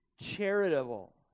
charitable